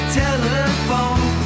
telephone